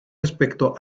respecto